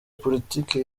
politike